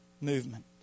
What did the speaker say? movement